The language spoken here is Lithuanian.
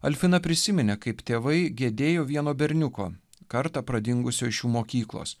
alfina prisiminė kaip tėvai gedėjo vieno berniuko kartą pradingusio iš jų mokyklos